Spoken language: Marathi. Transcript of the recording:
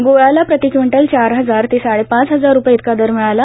ग्ळाला प्रतिक्विंटल चार हजार ते साडेपाच हजार रुपये इतका दर मिळाला